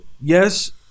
yes